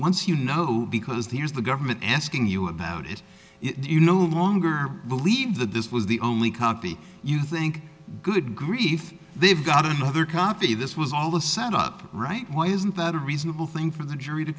once you know because the is the government asking you about it you no longer believe that this was the only copy you think good grief they've got another copy this was all the sound up right why isn't that a reasonable thing for the jury to